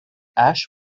ash